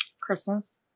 Christmas